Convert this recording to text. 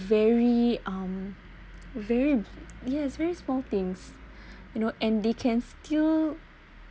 very um very yes very small things you know and they can still